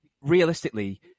realistically